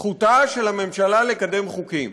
זכותה של הממשלה לקדם חוקים,